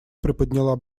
приподняла